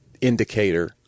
indicator